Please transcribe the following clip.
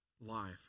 life